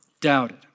doubted